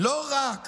לא רק